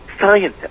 scientists